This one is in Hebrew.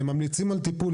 הם ממליצים על טיפול,